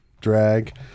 drag